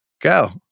Go